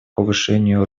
повышению